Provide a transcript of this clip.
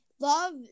Love